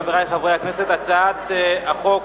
חברי חברי הכנסת: הצעת החוק